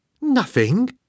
Nothing